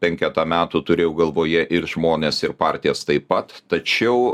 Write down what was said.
penketą metų turėjau galvoje ir žmones ir partijas taip pat tačiau